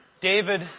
David